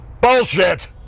Bullshit